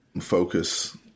focus